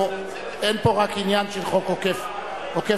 אין פה רק עניין של חוק עוקף בג"ץ.